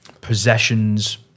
possessions